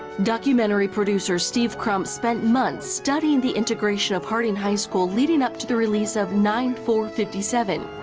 documentary producer steve crump spent months studying the integration of harding high school, leading up to the release of nine four fifty seven,